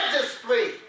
display